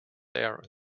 there